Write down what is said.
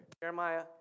Jeremiah